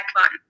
one